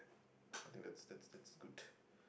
I think that's that's that's good